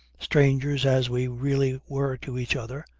strangers as we really were to each other,